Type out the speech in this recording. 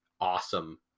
awesome